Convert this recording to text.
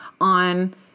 on